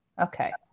Okay